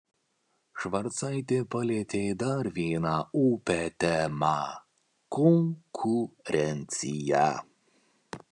švarcaitė palietė dar vieną opią temą konkurenciją